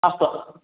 अस्तु